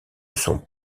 sont